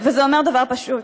וזה אומר דבר פשוט: